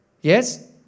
Yes